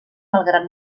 malgrat